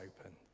open